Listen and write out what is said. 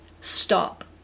stop